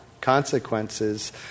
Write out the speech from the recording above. consequences